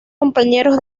compañeros